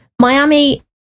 miami